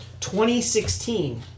2016